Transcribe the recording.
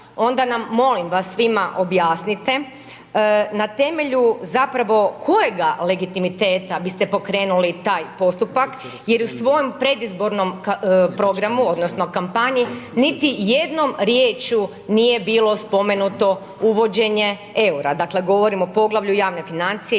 onda nam molim vas svima objasnite na temelju zapravo kojega legitimiteta biste pokrenuli taj postupak jer u svojem predizbornom programu odnosno kampanji, niti jednom riječju nije bilo spomenuto uvođenje eura, dakle govorim o poglavlju javne financije